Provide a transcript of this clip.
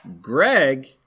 Greg